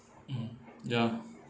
mm ya